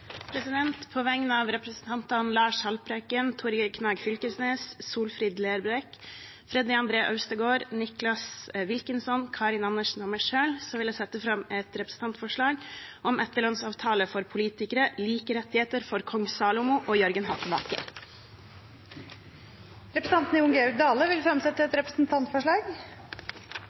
representantforslag. På vegne av representantene Lars Haltbrekken, Torgeir Knag Fylkesnes, Solfrid Lerbrekk, Freddy André Øvstegård, Nicholas Wilkinson, Karin Andersen og meg selv vil jeg sette fram et representantforslag om etterlønnsavtaler for politikere – like rettigheter for kong Salomo og Jørgen hattemaker. Representanten Jon Georg Dale vil fremsette et representantforslag.